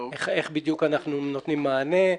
איך בדיוק אנחנו נותנים מענה.